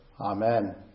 Amen